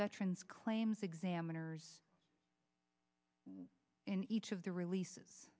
veterans claims examiners in each of the releases